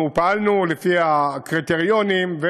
אנחנו פעלנו לפי הקריטריונים,